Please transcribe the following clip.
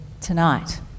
tonight